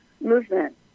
movement